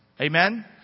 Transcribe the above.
Amen